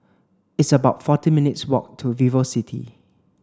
it's about forty minutes' walk to VivoCity